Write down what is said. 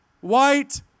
white